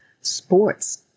sports